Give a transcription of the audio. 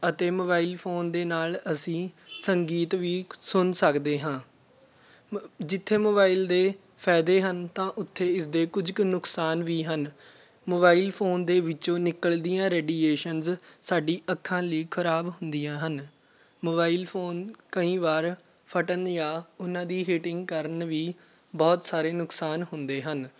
ਅਤੇ mobile phone ਦੇ ਨਾਲ ਅਸੀਂ ਸੰਗੀਤ ਵੀ ਸੁਣ ਸਕਦੇ ਹਾਂ ਮ ਜਿੱਥੇ ਮੋਬਾਇਲ ਦੇ ਫਾਇਦੇ ਹਨ ਤਾਂ ਉੱਥੇ ਇਸ ਦੇ ਕੁਝ ਕੁ ਨੁਕਸਾਨ ਵੀ ਹਨ ਮੋਬਾਇਲ ਫੋਨ ਦੇ ਵਿੱਚੋਂ ਨਿਕਲਦੀਆਂ ਰੇਡੀਏਸ਼ਨਸ ਸਾਡੀ ਅੱਖਾਂ ਲਈ ਖ਼ਰਾਬ ਹੁੰਦੀਆਂ ਹਨ ਮੋਬਾਇਲ ਫੋਨ ਕਈ ਵਾਰ ਫਟਣ ਜਾਂ ਉਨ੍ਹਾਂ ਦੀ ਹੀਟਿੰਗ ਕਾਰਨ ਵੀ ਬਹੁਤ ਸਾਰੇ ਨੁਕਸਾਨ ਹੁੰਦੇ ਹਨ